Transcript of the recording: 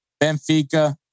Benfica